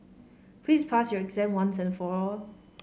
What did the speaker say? please pass your exam once and for all